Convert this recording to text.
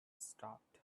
stopped